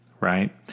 right